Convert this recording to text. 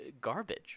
garbage